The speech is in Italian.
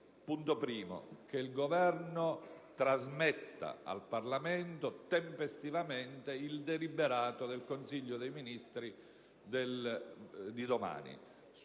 *in primis*, il Governo trasmettesse al Parlamento tempestivamente il deliberato del Consiglio dei Ministri di domani,